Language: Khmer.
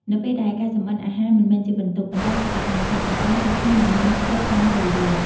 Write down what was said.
នៅពេលដែលការចម្អិនអាហារមិនមែនជាបន្ទុក ប៉ុន្តែជាសកម្មភាពកម្សាន្ត គ្រប់គ្នានឹងមានចិត្តចង់ចូលរួម ។